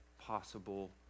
possible